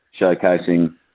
showcasing